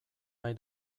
nahi